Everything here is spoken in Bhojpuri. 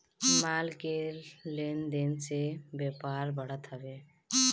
माल के लेन देन से व्यापार बढ़त हवे